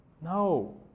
no